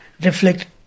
reflect